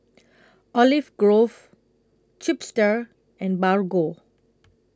Olive Grove Chipster and Bargo